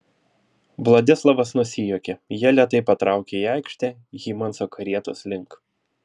vladislovas nusijuokė jie lėtai patraukė į aikštę hymanso karietos link